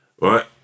Right